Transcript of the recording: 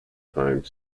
time